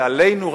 ועלינו,